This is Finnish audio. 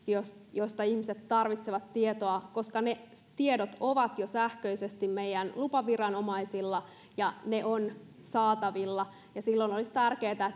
josta ihmiset tarvitsevat tietoa koska ne tiedot ovat jo sähköisesti meidän lupaviranomaisilla ja ne ovat saatavilla ja silloin olisi tärkeätä